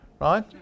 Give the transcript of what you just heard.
right